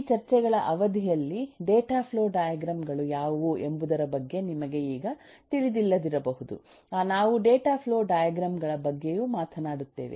ಈ ಚರ್ಚೆಗಳ ಅವಧಿಯಲ್ಲಿ ಡೇಟಾ ಫ್ಲೋ ಡೈಗ್ರಾಮ್ ಗಳು ಯಾವುವು ಎಂಬುದರ ಬಗ್ಗೆ ನಿಮಗೆ ಈಗ ತಿಳಿದಿಲ್ಲದಿರಬಹುದು ನಾವು ಡೇಟಾ ಫ್ಲೋ ಡೈಗ್ರಾಮ್ ಗಳ ಬಗ್ಗೆಯೂ ಮಾತನಾಡುತ್ತೇವೆ